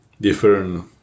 different